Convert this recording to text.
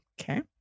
Okay